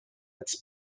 its